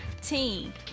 team